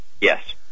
yes